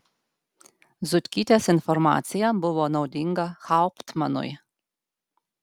zutkytės informacija buvo naudinga hauptmanui